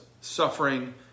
suffering